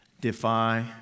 defy